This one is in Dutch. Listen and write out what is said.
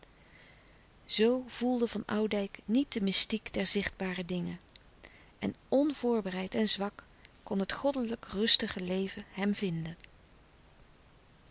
zoo voelde van oudijck niet de mystiek der zichtbare dingen en onvoorbereid en zwak kon het goddelijk rustige leven hem vinden